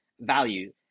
value